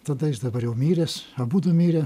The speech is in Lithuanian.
tada jis dabar jau miręs abudu mirė